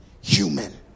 human